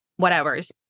whatevers